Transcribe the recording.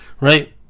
Right